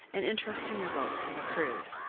and interesting results have accrued.